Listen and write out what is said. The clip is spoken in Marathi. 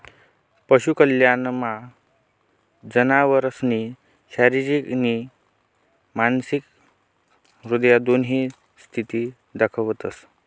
पशु कल्याणमा जनावरसनी शारीरिक नी मानसिक ह्या दोन्ही स्थिती दखतंस